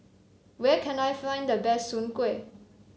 where can I find the best Soon Kway